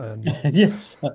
Yes